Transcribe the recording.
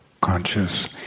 conscious